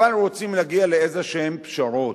אבל רוצים להגיע לאיזשהן פשרות,